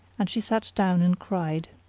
and she sat down and cried.